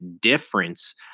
difference